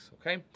okay